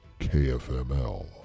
KFML